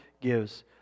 gives